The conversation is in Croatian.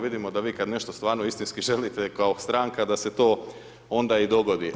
Vidimo da vi kada nešto stvarno istinski želite kao stranka da se to onda i dogodi.